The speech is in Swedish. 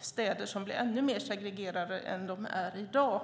städer som blir ännu mer segregerade än de är i dag.